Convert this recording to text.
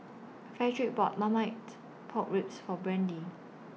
Fredric bought Marmite Pork Ribs For Brandee